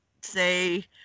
say